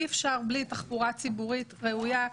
אי אפשר בלי תחבורה ציבורית ראויה,